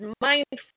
mindful